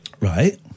Right